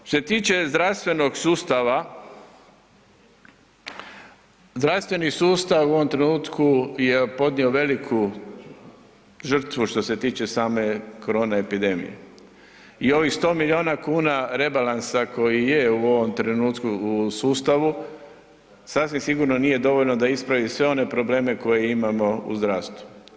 Što se tiče zdravstvenog sustava, zdravstveni sustav u ovom trenutku je podnio veliku žrtvu što se tiče same korone epidemije i ovih 100 milijuna kuna rebalansa koji je u ovom trenutku u sustavu, sasvim sigurno nije dovoljno da ispravi sve one probleme koje imamo u zdravstvu.